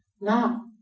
now